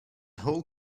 whole